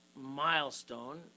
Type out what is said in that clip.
milestone